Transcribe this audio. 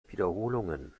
wiederholungen